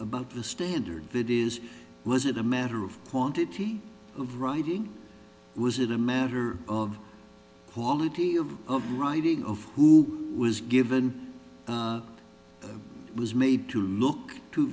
about the standard that is was it a matter of quantity of writing was it a matter of quality of of writing of who was given was made to look to